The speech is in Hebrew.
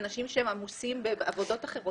אנשים שהם עמוסים בעבודות אחרות,